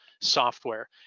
software